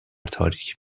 تاریک